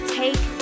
take